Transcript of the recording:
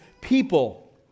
people